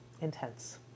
intense